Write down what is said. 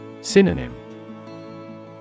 Synonym